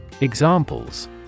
Examples